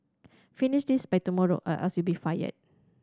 finish this by tomorrow or else you'll be fired